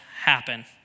happen